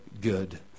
good